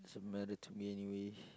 doesn't matter to me anyway